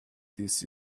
this